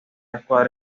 escuadra